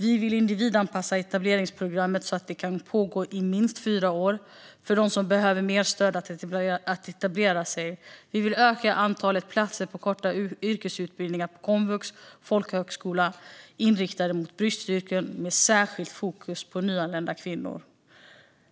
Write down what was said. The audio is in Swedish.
Vi vill individanpassa etableringsprogrammet så att det kan pågå i minst fyra år för dem som behöver mer stöd att etablera sig. Vi vill öka antalet platser på korta yrkesutbildningar på komvux och folkhögskola, inriktade mot bristyrken och med särskilt fokus på nyanlända kvinnor.